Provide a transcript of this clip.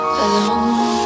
alone